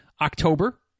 October